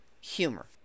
humor